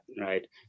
right